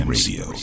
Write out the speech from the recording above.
Radio